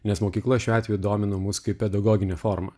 nes mokykla šiuo atveju domina mus kaip pedagoginė forma